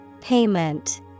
Payment